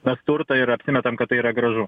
nasturtą ir apsimetam kad tai yra gražu